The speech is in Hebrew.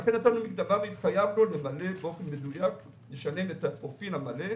לכן נתנו מקדמה והתחייבנו לשלם את הפרופיל המלא.